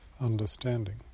understanding